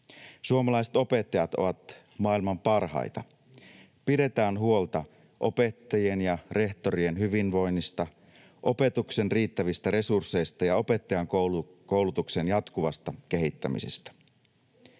Suomalaiset opettajat ovat maailman parhaita. Pidetään huolta opettajien ja rehtorien hyvinvoinnista, opetuksen riittävistä resursseista ja opettajankoulutuksen jatkuvasta kehittämisestä.